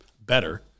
better